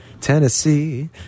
Tennessee